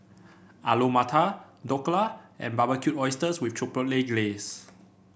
Alu Matar Dhokla and Barbecued Oysters with Chipotle Glaze